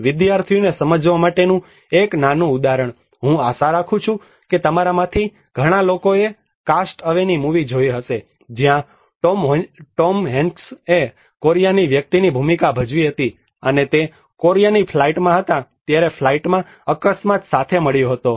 વિદ્યાર્થીઓને સમજવા માટેનું એક નાનું ઉદાહરણ હું આશા રાખું છું કે તમારામાંથી ઘણા લોકોએ કાસ્ટ અવેની મૂવી જોઈ હશે જ્યાં ટોમ હેન્ક્સએ કોરિયાની વ્યક્તિની ભૂમિકા ભજવી હતી અને તે કોરિયાની ફ્લાઇટમાં હતા ત્યારે ફ્લાઇટમાં અકસ્માત સાથે મળ્યો હતો